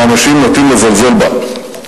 שאנשים נוטים לזלזל בה,